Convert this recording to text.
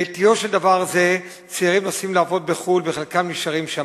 בעטיו של דבר זה צעירים נוסעים לעבוד בחוץ-לארץ וחלקם נשארים שם.